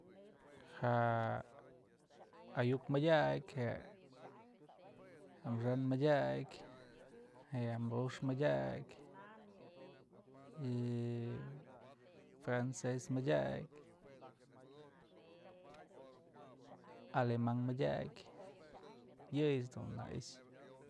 Ja'a ayu'uk mëdyak je'e amaxa'an madyäkyë je'e murux madyäkyë y frances mëdyakyë, aleman madyakyë yëyëch dun na i'ixë.